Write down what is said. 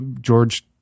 George